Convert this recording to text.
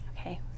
Okay